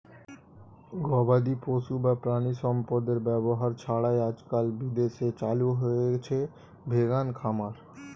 গবাদিপশু বা প্রাণিসম্পদের ব্যবহার ছাড়াই আজকাল বিদেশে চালু হয়েছে ভেগান খামার